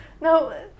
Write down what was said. No